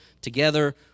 together